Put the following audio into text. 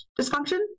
dysfunction